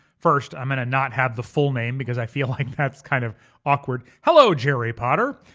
first, i'm gonna not have the full name because i feel like that's kind of awkward. hello, jerry potter.